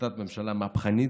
החלטת ממשלה מהפכנית,